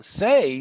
say